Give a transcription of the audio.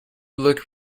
look